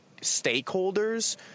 stakeholders